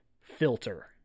filter